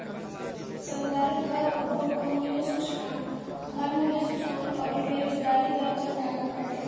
संदर्भ दर उपभोक्ता मूल्य सूचकांक, घर मूल्य सूचकांक अउरी बेरोजगारी दर पअ लागत बाटे